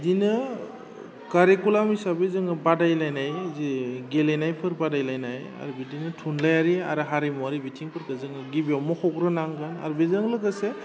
बिदिनो कारिकुलाम हिसाबै जोङो बादायलायनाय जि गेलेनायफोर बादायलायनाय आरो बिदिनो थुनलाइयारि आरो हारिमुवारि बिथिंफोरखौ जोङो गिबियाव मख'ग्रोनांगोन आरो बेजों लोगोसे